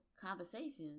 conversations